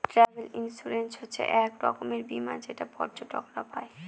travel insurance হচ্ছে এক রকমের বীমা যেটা পর্যটকরা পাই